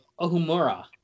Ohumura